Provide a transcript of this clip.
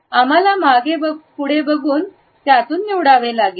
आम्हाला मागे पुढे बघून त्यातून निवडावे लागेल